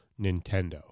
Nintendo